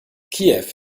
kiew